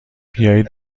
بیایید